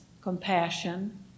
compassion